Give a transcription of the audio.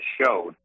showed